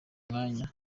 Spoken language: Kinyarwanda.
mwanya